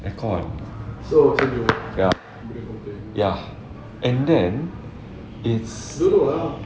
aircon ya ya and then it's